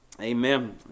amen